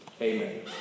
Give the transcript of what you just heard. amen